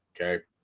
Okay